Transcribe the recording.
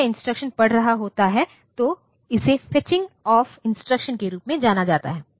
जब यह इंस्ट्रक्शन पढ़ रहा होता है तो इसे फेचिंग ऑफ़ इंस्ट्रक्शन के रूप में जाना जाता है